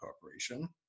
corporation